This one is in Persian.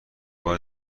بار